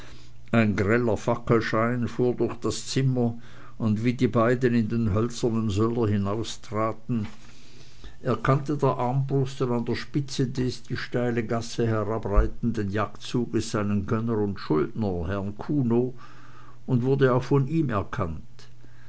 ein greller fackelschein fuhr durch das zimmer und wie die beiden in den hölzernen söller hinaustraten erkannte der armbruster an der spitze des die steile gasse herabreitenden jagdzuges seinen gönner und schuldner herrn kuno und wurde auch von ihm erkannt